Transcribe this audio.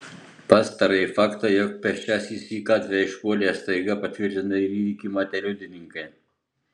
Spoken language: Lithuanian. pastarąjį faktą jog pėsčiasis į gatvę išpuolė staiga patvirtina ir įvykį matę liudininkai